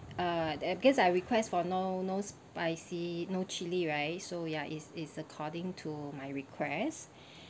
uh and because I request for no no spicy no chili right so ya it's it's according to my requests